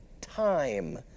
time